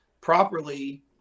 properly